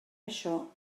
això